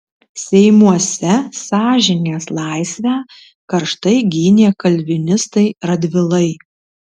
seimuose sąžinės laisvę karštai gynė kalvinistai radvilai